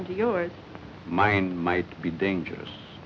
into your mind might be dangerous